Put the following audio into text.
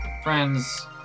Friends